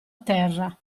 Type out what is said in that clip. terra